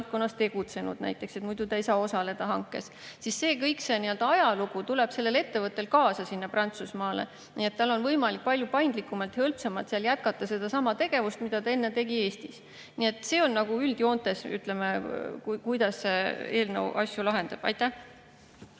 valdkonnas tegutsenud, näiteks, sest muidu ta ei saa osaleda hankes. Kogu see ajalugu tuleb selle ettevõttega kaasa sinna Prantsusmaale, nii et tal on võimalik palju paindlikumalt ja hõlpsamalt seal jätkata sedasama tegevust, mida ta enne tegi Eestis. Nii et see on üldjoontes see, kuidas eelnõu asju lahendab. Peeter